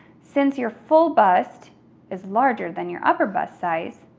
since your full bust is larger than your upper bust size,